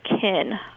kin